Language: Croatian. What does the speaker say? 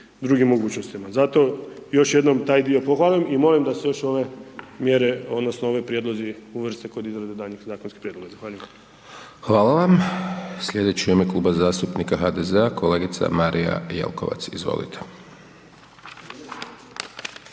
drugim mogućnostima. Zato, još jednom taj dio pohvalim i molim da se još ove mjere odnosno ovi prijedlozi uvrste kod izrade daljnjih zakonskih prijedloga, zahvaljujem. **Hajdaš Dončić, Siniša (SDP)** Hvala vam. Slijedeći u ime kluba zastupnika HDZ-a, kolegica Marija Jelkovac, izvolite.